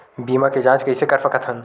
बीमा के जांच कइसे कर सकत हन?